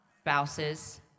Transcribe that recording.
spouses